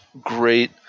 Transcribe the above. great